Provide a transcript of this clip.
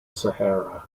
sahara